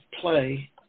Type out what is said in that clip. play